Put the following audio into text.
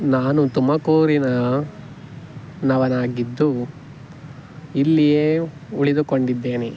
ನಾನು ತುಮಕೂರಿನವನಾಗಿದ್ದು ಇಲ್ಲಿಯೇ ಉಳಿದುಕೊಂಡಿದ್ದೇನೆ